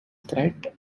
threat